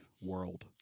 world